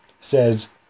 says